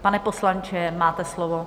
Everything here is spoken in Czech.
Pane poslanče, máte slovo.